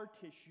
tissue